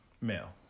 male